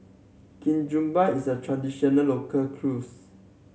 ketupat is a traditional local